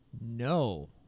No